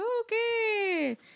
Okay